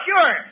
sure